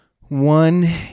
One